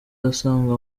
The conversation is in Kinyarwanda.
asanga